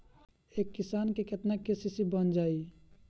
एक किसान के केतना के.सी.सी बन जाइ?